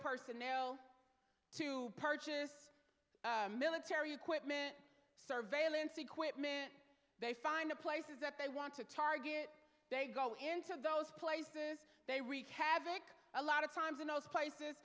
personnel to purchase military equipment surveillance equipment they find the places that they want to target they go into those places they wreak havoc a lot of times in those places